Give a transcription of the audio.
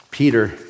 Peter